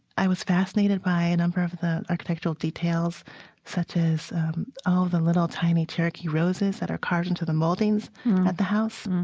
i was fascinated by a number of the architectural details such as all of the little tiny cherokee roses that are carved into the moldings at the house.